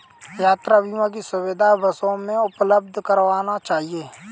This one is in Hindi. यात्रा बीमा की सुविधा बसों भी उपलब्ध करवाना चहिये